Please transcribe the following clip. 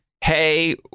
Hey